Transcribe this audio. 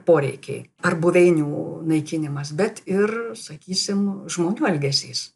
poreikiai ar buveinių mu naikinimas bet ir sakysim žmonių elgesys